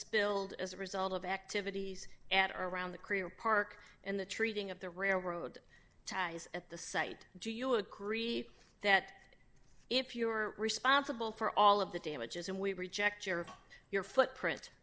spilled as a result of activities at or around the crater park and the treating of the railroad ties at the site do you agree that if you're responsible for all of the damages and we reject share of your footprint